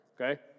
okay